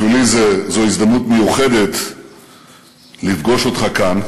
בשבילי זו הזדמנות מיוחדת לפגוש אותך כאן.